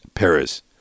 Paris